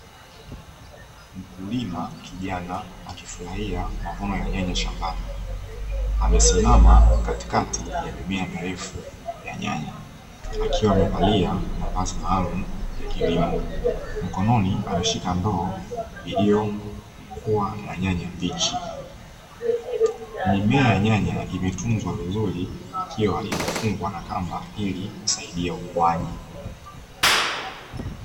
Mkulima kijana akifurahia mavuno ya nyanya shambani amesimama katikati ya mimea mirefu ya nyanya akiwa amevalia mavazi maalum ya kilimo. mkononi ameshika ndoo iliokuwa na nyanya mbichi. Mimea ya nyanya imetunzwa vizuri ikiwa imefungwa kwa kamba ilikusaidia ukuaji.